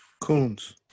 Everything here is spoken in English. Coons